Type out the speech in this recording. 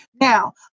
Now